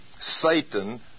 Satan